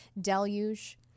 deluge